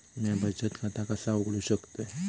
म्या बचत खाता कसा उघडू शकतय?